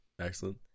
Excellent